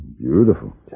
beautiful